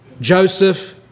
Joseph